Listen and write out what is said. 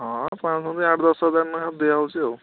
ହଁ ଆଠ ଦଶ ହଜାର ଲେଖା ଦିଆ ହେଉଛି ଆଉ